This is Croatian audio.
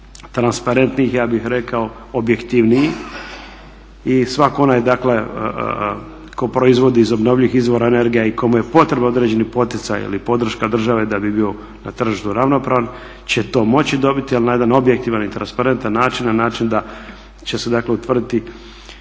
transparentniji ja bih rekao, objektivniji. I svak onaj dakle tko proizvodi iz obnovljivih izvora energije i kome je potreban određeni poticaj ili podrška države da bi bio na tržištu ravnopravan će to moći dobiti ali na jedan objektivan i transparentan način, na način da će se dakle utvrditi